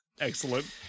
Excellent